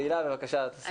תהלה פרידמן, בבקשה תסכמי.